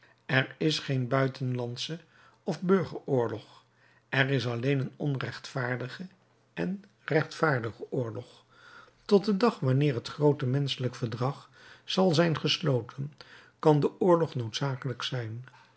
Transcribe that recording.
er is geen buitenlandsche of burger oorlog er is alleen een onrechtvaardige en rechtvaardige oorlog tot den dag wanneer het groote menschelijke verdrag zal zijn gesloten kan de oorlog noodzakelijk zijn